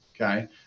Okay